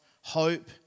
hope